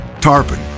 Tarpon